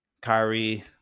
Kyrie